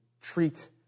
treat